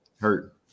hurt